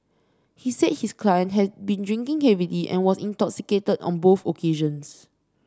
he said his client had been drinking heavily and was intoxicated on both occasions